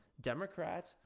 Democrat